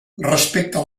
respecte